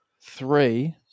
Three